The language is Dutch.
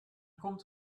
komt